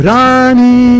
Rani